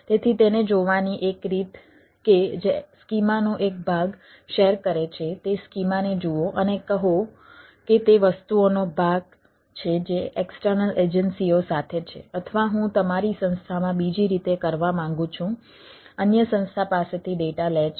તેથી તેને જોવાની એક રીત કે જે સ્કીમાનો એક ભાગ શેર કરે છે તે સ્કીમાને જુઓ અને કહો કે તે વસ્તુઓનો ભાગ છે જે એક્સટર્નલ એજન્સીઓ સાથે છે અથવા હું તમારી સંસ્થામાં બીજી રીતે કરવા માંગુ છું અન્ય સંસ્થા પાસેથી ડેટા લે છે